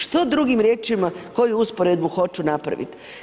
Što drugim riječima koju usporedbu hoću napravit?